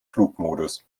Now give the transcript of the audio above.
flugmodus